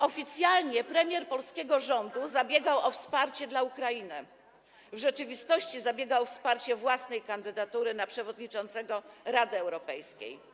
Oficjalnie premier polskiego rządu zabiegał o wsparcie dla Ukrainy, w rzeczywistości zabiegał o wsparcie własnej kandydatury na przewodniczącego Rady Europejskiej.